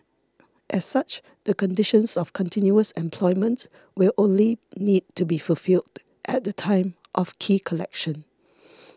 as such the conditions of continuous employment will only need to be fulfilled at the time of key collection